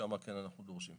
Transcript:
ששם כן אנחנו דורשים.